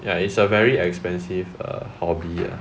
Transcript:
ya it's a very expensive err hobby ah